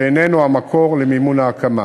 שאיננו המקור למימון ההקמה.